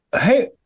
Hey